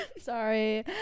sorry